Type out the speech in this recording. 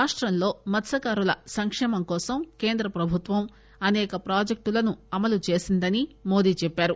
రాష్టంలో మత్స్కారుల సంకేమం కోసం కేంద్ర ప్రభుత్వం అసేక ప్రాజెక్టులను అమలు చేసిందని మోదీ చెప్పారు